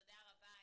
תודה רבה.